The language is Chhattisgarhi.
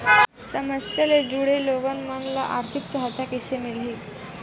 समस्या ले जुड़े लोगन मन ल आर्थिक सहायता कइसे मिलही?